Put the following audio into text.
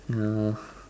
ya